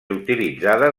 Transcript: utilitzada